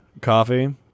coffee